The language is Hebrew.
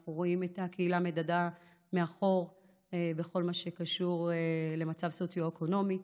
ואנחנו רואים את הקהילה מדדה מאחור בכל מה שקשור למצב סוציו-אקונומי,